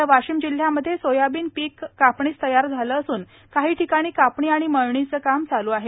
सध्या वाशिम जिल्ह्यामध्ये सोयाबीन पीक कापणीस तयार झाले असून काही ठिकाणी कापणी आणि मळणीचे काम चालू आहे